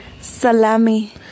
Salami